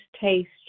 taste